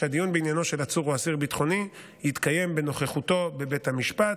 שהדיון בעניינו של עצור או אסיר ביטחוני יתקיים בנוכחותו בבית המשפט.